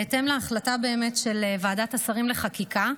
בהתאם להחלטה של ועדת השרים לחקיקה,